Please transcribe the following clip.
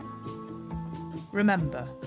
Remember